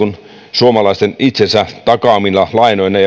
suomalaisten itsensä takaamia lainoja